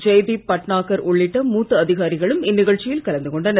ஜெய்தீப் பட்நாகர் உள்ளிட்ட மூத்த அதிகாரிகளும் இந்நிகழ்ச்சியில் கலந்து கொண்டனர்